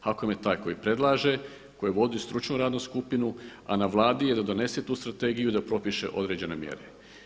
HAKOM je taj koji predlaže, koji vodi stručnu radnu skupinu a na Vladi je da donese tu strategiju i da propiše određene mjere.